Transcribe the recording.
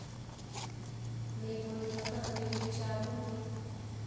नेईं पौंदी ते पेदी बी शैल होंदी